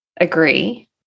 agree